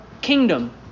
kingdom